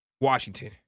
Washington